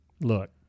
Look